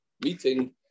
meeting